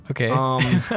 okay